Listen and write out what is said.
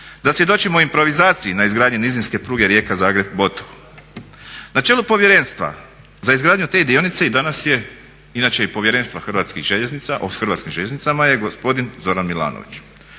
da svjedočimo o improvizaciji na izgradnji nizinske pruge Rijeka-Zagreb-Botovo. Na čelu povjerenstva za izgradnju te dionice i danas je inače povjerenstva Hrvatskih željeznica, a u Hrvatskim željeznicama je gospodin Zoran Milanović.